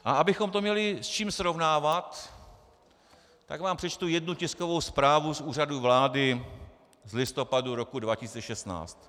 A abychom to měli s čím srovnávat, tak vám přečtu jednu tiskovou zprávu z Úřadu vlády z listopadu roku 2016.